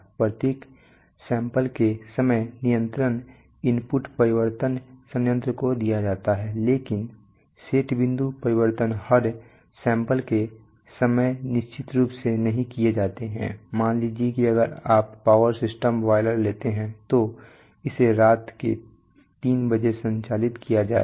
प्रत्येक सैंपल के समय नियंत्रण इनपुट परिवर्तन संयंत्र को दिया जाता है लेकिन सेट बिंदु परिवर्तन हर सैंपल के समय निश्चित रूप से नहीं किए जाते हैं मान लीजिए कि अगर आप पावर सिस्टम बॉयलर लेते हैं तो इसे रात के 3 बजे संचालित किया जाएगा